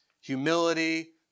humility